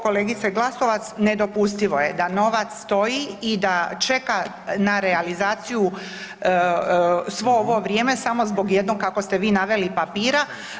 Kolegice Glasovac nedopustivo je da novac stoji i da čeka na realizaciju svo ovo vrijeme samo zbog jednog kako ste vi naveli papira.